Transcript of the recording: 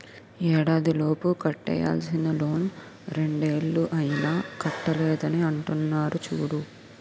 ఏడాదిలోపు కట్టేయాల్సిన లోన్ రెండేళ్ళు అయినా కట్టలేదని అంటున్నారు చూడు